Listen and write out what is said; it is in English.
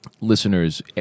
listeners